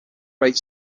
great